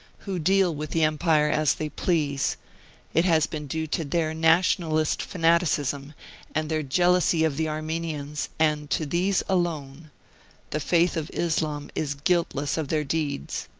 who deal with the empire as they please it has been due to their nationalist fanaticism and their jealousy of the armenians, and to these alone the faith of islam is guiltless of their deeds.